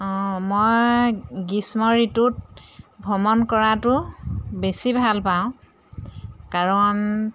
অঁ মই গ্ৰীষ্ম ঋতুত ভ্ৰমণ কৰাটো বেছি ভাল পাওঁ কাৰণ